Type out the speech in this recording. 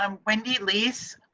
um wendy leece,